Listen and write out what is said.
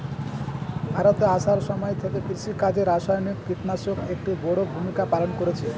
ভারতে আসার সময় থেকে কৃষিকাজে রাসায়নিক কিটনাশক একটি বড়ো ভূমিকা পালন করেছে